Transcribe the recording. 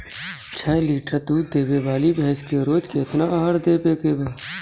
छह लीटर दूध देवे वाली भैंस के रोज केतना आहार देवे के बा?